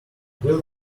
will